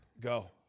Go